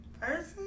person